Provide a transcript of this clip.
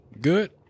Good